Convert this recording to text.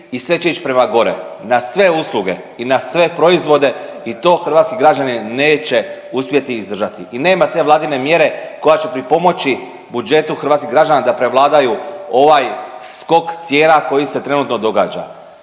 i sve će ić prema gore na sve usluge i na sve proizvode i to hrvatski građani neće uspjeti izdržati i nema te vladine mjere koja će pripomoći budžetu hrvatskih građana da prevladaju ovaj skok cijena koji se trenutno događa.